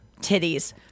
titties